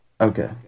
Okay